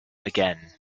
again